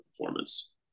performance